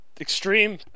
Extreme